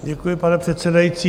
Děkuji, pane předsedající.